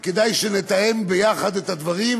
וכדאי שנתאם ביחד את הדברים,